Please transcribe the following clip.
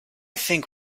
think